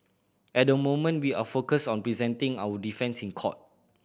at the moment we are focused on presenting our defence in court